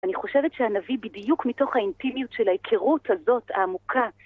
אני חושבת שהנביא בדיוק מתוך האינטימיות של ההיכרות הזאת, העמוקה...